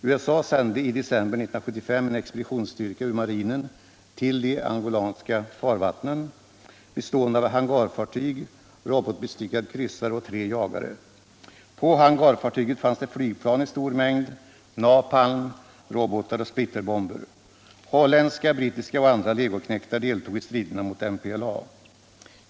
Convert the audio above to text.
USA sände i december 1975 en expeditionsstyrka ur marinen till de angolanska farvattnen, bestående av hangarfartyg, robotbestyckad kryssare och tre jagare. På hangarfartyget fanns det flygplan i stor mängd, napalm. robotar och splitterbomber. Holländska, brittiska och andra legoknektar deltog i striderna mot MPLA.